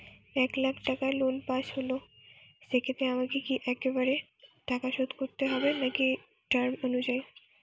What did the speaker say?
এক লাখ টাকা loan pass হল সেক্ষেত্রে আমাকে কি একবারে টাকা শোধ করতে হবে নাকি টার্ম অনুযায়ী?